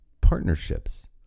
partnerships